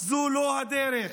זו לא הדרך,